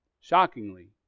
shockingly